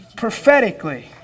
prophetically